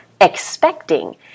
expecting